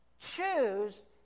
choose